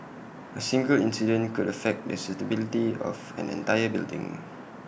A single incident could affect the stability of an entire building